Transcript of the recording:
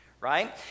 Right